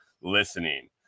listening